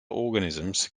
organisms